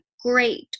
great